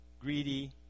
greedy